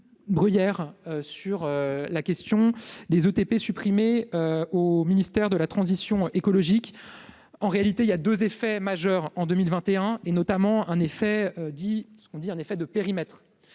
Bruyère sur la question des ETP supprimés au ministère de la transition écologique, en réalité, il y a 2 effets majeurs en 2021 et notamment un effet dis ce